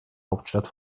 hauptstadt